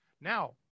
Now